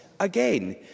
Again